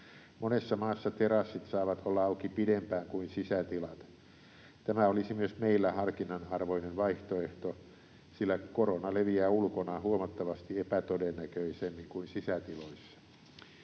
Monessa maassa terassit saavat olla auki pidempään kuin sisätilat. Tämä olisi myös meillä harkinnan arvoinen vaihtoehto, sillä korona leviää ulkona huomattavasti epätodennäköisemmin kuin sisätiloissa.